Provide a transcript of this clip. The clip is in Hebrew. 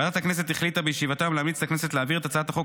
ועדת הכנסת החליטה בישיבתה היום להמליץ לכנסת להעביר את הצעת החוק